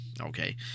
okay